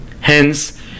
Hence